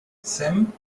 sam